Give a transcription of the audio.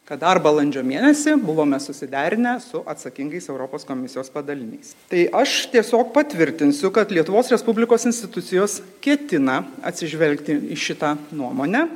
kad dar balandžio mėnesį buvome susiderinę su atsakingais europos komisijos padaliniais tai aš tiesiog patvirtinsiu kad lietuvos respublikos institucijos ketina atsižvelgti į šitą nuomonę